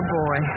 boy